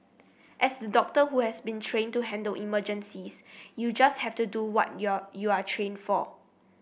as doctor who has been trained to handle emergencies you just have to do what you are you are trained for